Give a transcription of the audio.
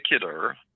particular